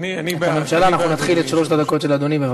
אנחנו נתחיל את שלוש הדקות של אדוני, בבקשה.